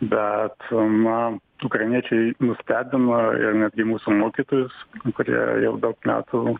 bet na ukrainiečiai nustebino netgi mūsų mokytojus kurie jau daug metų